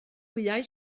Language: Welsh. wyau